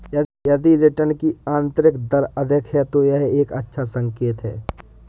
यदि रिटर्न की आंतरिक दर अधिक है, तो यह एक अच्छा संकेत है